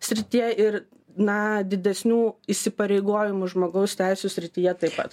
srityje ir na didesnių įsipareigojimų žmogaus teisių srityje taip pat